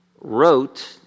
wrote